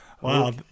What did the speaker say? Wow